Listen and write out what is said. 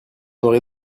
aurez